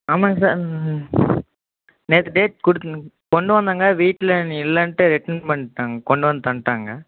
ஆமாங்க சார் நேற்று டேட் கொடுத்தனுங்க கொண்டு வந்தேங்க வீட்டில் நீங்கள் இல்லைன்ட்டு ரிட்டர்ன் பண்ணிட்டாங் கொண்டு வந்து தந்துட்டாங்க